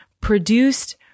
produced